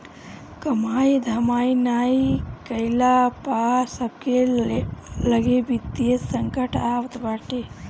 कमाई धमाई नाइ कईला पअ सबके लगे वित्तीय संकट आवत बाटे